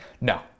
No